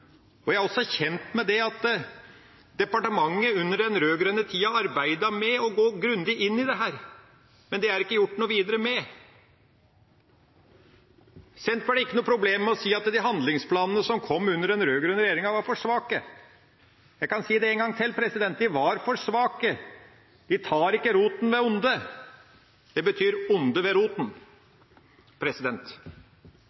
Jeg er også kjent med at departementet under den rød-grønne tida arbeidet med å gå grundig inn i dette. Men det er det ikke gjort noe videre med. Senterpartiet har ikke noen problemer med å si at de handlingsplanene som kom under den rød-grønne regjeringa, var for svake. Jeg kan si det en gang til: De var for svake, de tar ikke ondet ved